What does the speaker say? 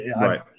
Right